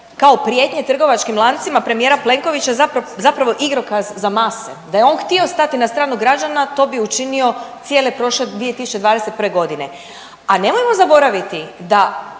kao prijetnje trgovačkim lancima premijera Plenkovića zapravo igrokaz za mase, da je on htio stati na stranu građana, to bi učinio cijele prošle 2021. g., a nemojmo zaboraviti da